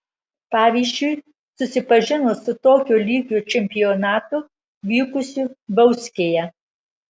pavyzdžiui susipažino su tokio lygio čempionatu vykusiu bauskėje